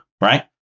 right